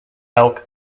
elk